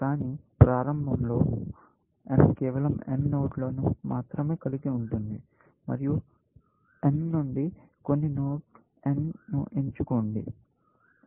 కానీ ప్రారంభంలో M కేవలం n నోడ్లను మాత్రమే కలిగి ఉంటుంది మరియు m నుండి కొన్ని నోడ్ n ను ఎంచుకోండి